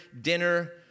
dinner